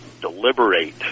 deliberate